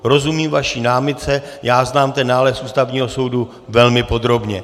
Rozumím vaší námitce, já znám ten nález Ústavního soudu velmi podrobně.